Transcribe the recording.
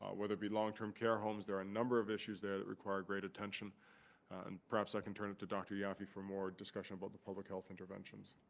whether be long-term care homes. there are a number of issues there that require great attention and perhaps i can turn to dr yaffe for more discussion about the public health interventions.